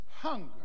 hunger